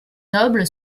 noble